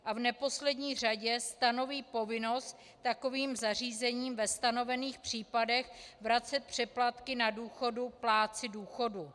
A v neposlední řadě stanoví povinnost takovým zařízením ve stanovených případech vracet přeplatky na důchodu plátci důchodu.